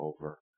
over